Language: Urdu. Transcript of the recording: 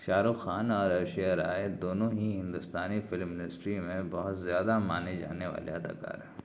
شاہ رخ خان اور ایشوریہ رائے دونوں ہی ہندوستانی فلم انڈسٹری میں بہت زیادہ مانے جانے والے اداکار ہیں